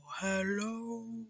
hello